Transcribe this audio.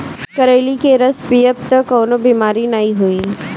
करइली के रस पीयब तअ कवनो बेमारी नाइ होई